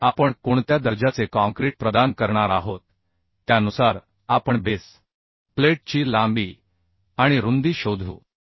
तर आपण कोणत्या दर्जाचे काँक्रीट प्रदान करणार आहोत त्यानुसार आपण बेस प्लेटची लांबी आणि रुंदी शोधू